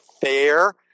fair